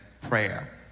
prayer